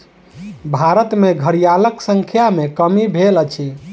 भारत में घड़ियालक संख्या में कमी भेल अछि